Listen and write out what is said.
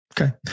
okay